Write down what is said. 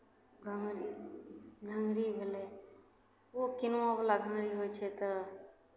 घँघरी घँघरी भेलै ओ किनुआवला घँघरी होइ छै तऽ